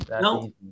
No